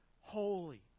holy